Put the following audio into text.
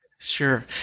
Sure